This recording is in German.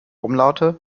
umlaute